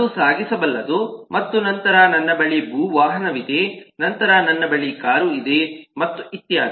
ಅದು ಸಾಗಿಸಬಲ್ಲದು ಮತ್ತು ನಂತರ ನನ್ನ ಬಳಿ ಭೂ ವಾಹನವಿದೆ ನಂತರ ನನ್ನ ಬಳಿ ಕಾರು ಇದೆ ಮತ್ತು ಇತ್ಯಾದಿ